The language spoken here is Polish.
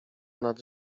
nad